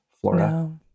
Florida